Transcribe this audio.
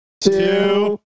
two